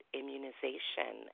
immunization